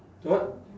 what